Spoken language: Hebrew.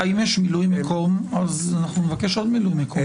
אם יש מילוי מקום, אז אנחנו נבקש עוד מילוי מקום.